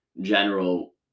general